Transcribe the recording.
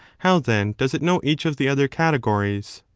how then does it know each of the other categories?